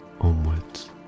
onwards